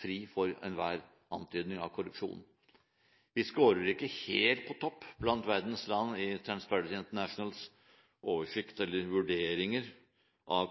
fri for enhver antydning av korrupsjon. Vi skårer ikke helt på topp blant verdens land i Transparency Internationals oversikt over eller vurdering av